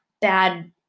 bad